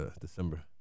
December